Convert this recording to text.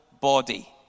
body